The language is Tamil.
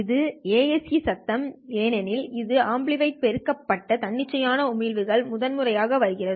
இது ASE சத்தம் ஏனெனில் இது ஆம்பிளிபைட் பெருக்கப்பட்ட தன்னிச்சையான உமிழ்வுகள் முதன்மையாக வருகிறது